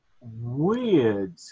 weird